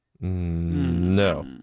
No